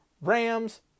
Rams